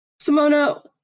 simona